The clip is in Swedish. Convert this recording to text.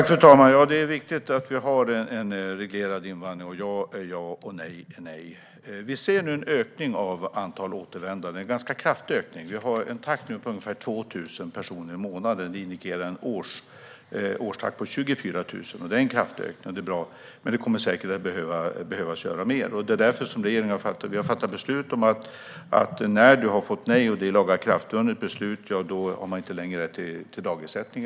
Fru talman! Det är viktigt att vi har en reglerad invandring. Ja är ja och nej är nej. Vi ser nu en ökning av antalet återvändande. Det är en ganska kraftig ökning. Vi har en takt på ungefär 2 000 personer i månaden, och det indikerar en årstakt på 24 000. Det är en kraftig ökning, och det är bra. Men det kommer säkert att behöva göras mer. Det är därför regeringen har fattat ett beslut om att när man har fått nej och det är ett lagakraftvunnet beslut har man inte längre rätt till dagersättning.